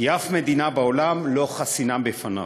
כי אף מדינה בעולם לא חסינה בפניו.